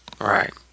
Right